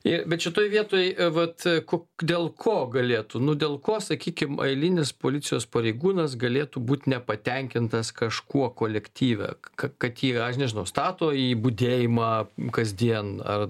i bet šitoj vietoj vat ku dėl ko galėtų nu dėl ko sakykim eilinis policijos pareigūnas galėtų būt nepatenkintas kažkuo kolektyve ka kad jį aš nežinau stato į budėjimą kasdien ar